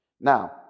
now